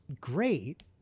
great